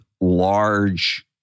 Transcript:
large